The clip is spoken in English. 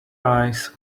eyes